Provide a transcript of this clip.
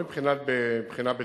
לא מבחינה בטיחותית,